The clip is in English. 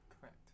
Correct